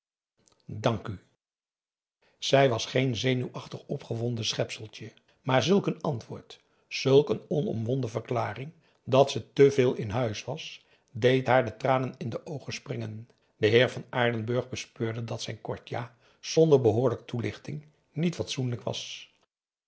dank u zij was geen zenuwachtig opgewonden schepseltje maar zulk een antwoord zulk een onomwonden verklaring dat ze te veel in huis was deed haar de tranen in de oogen springen de heer van aardenburg bespeurde dat zijn kort ja zonder behoorlijke toelichting niet fatsoenlijk was